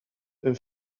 een